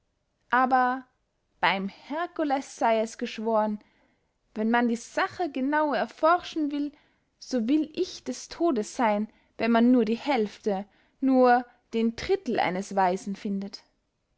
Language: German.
aber beym herkules sey es geschworen wenn man die sache genauer erforschen will so will ich des todes seyn wenn man nur die hälfte nur den drittel eines weisen findet